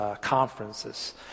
conferences